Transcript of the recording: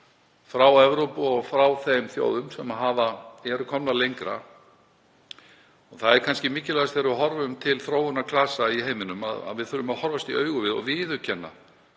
frá Evrópu og þeim þjóðum sem eru komnar lengra. Það er kannski mikilvægast þegar við horfum til þróunar klasa í heiminum að við þurfum að horfast í augu við og viðurkenna